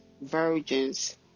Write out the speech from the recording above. virgins